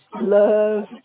love